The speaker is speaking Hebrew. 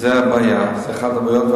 זאת אחת הבעיות,